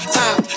time